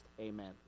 amen